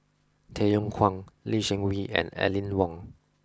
Tay Yong Kwang Lee Seng Wee and Aline Wong